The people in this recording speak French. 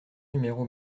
numéro